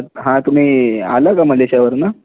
हां तुम्ही आला का मलेशिया वरनं